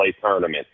tournament